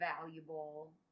valuable